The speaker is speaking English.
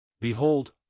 Behold